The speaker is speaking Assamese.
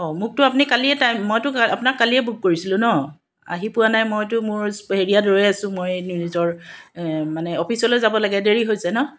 অঁ মোকতো আপুনি কালিয়ে টাইম মইতো আপোনাক কালিয়ে বুক কৰিছিলোঁ ন আহি পোৱা নাই মইতো মোৰ হেৰিয়াত ৰৈ আছোঁ মই মোৰ নিজৰ মানে অফিচলৈ যাব লাগে দেৰি হৈছে ন